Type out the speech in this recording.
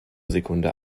sekunde